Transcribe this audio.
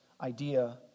idea